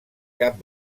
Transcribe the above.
cap